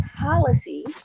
policy